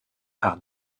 par